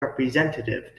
representative